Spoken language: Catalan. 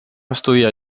estudiar